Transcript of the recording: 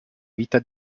vita